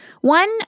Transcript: One